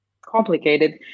complicated